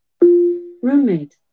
Roommate